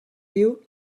diu